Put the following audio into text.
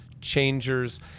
changers